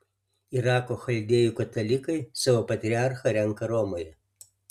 irako chaldėjų katalikai savo patriarchą renka romoje